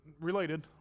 related